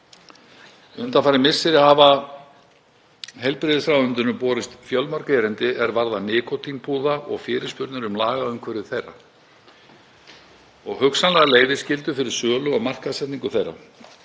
Undanfarin misseri hafa heilbrigðisráðuneytinu borist fjölmörg erindi er varða nikótínpúða og fyrirspurnir um lagaumhverfi þeirra og hugsanlega leyfisskyldu fyrir sölu og markaðssetningu þeirra.